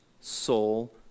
soul